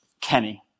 Kenny